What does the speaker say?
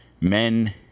Men